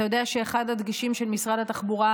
אתה יודע שאחד הדגשים של משרד התחבורה